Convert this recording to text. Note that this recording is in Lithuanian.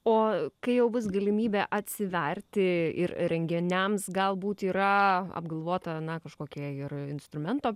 o kai jau bus galimybė atsiverti ir renginiams galbūt yra apgalvota na kažkokie ir instrumentą